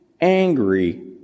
angry